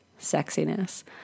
sexiness